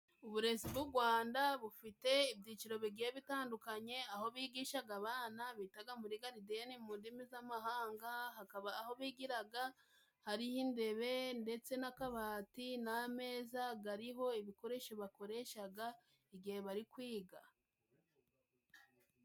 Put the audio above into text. Uburezi bw'ugwanda bufite ibyiciro bigiye bitandukanye aho bigishaga abana bigaga muri garidiyeni mu ndimi z'amahanga hakaba aho bigiraga harih'intebe ndetse n'akabati n'ameza gariho ibikoresho bakoreshaga igihe bari kwiga.